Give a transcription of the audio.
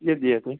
कीयत् दीयते